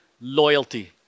Loyalty